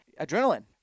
adrenaline